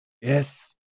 Yes